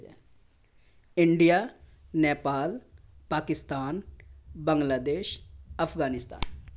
India Nepal Pakistan Bangladesh Afghanistan